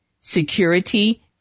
security